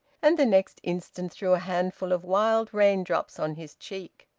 and the next instant threw a handful of wild raindrops on his cheek.